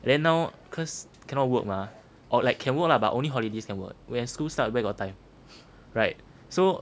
then now cause cannot work mah or like can work lah but only holidays can work when school start where got time right so